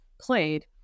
played